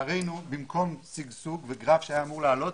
במקום שגשוג וגרף שהיה אמור לעלות,